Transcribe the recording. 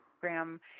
program